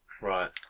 Right